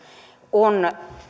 on